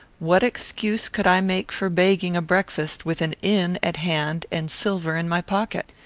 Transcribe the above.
what excuse could i make for begging a breakfast with an inn at hand and silver in my pocket?